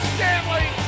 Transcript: Stanley